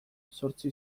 zortzi